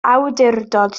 awdurdod